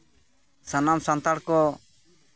ᱥᱟᱱᱟᱢ ᱥᱟᱱᱛᱟᱲ ᱠᱚ